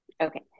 Okay